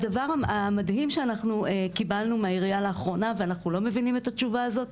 הדבר המדהים שקיבלנו מהעירייה לאחרונה ואנחנו לא מבינים את התשובה הזאת